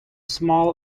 small